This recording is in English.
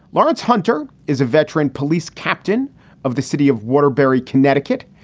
lawrence hunter is a veteran police captain of the city of waterbury, connecticut.